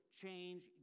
change